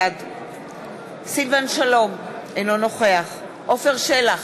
בעד סילבן שלום, אינו נוכח עפר שלח,